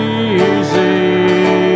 easy